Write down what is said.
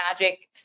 magic